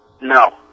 No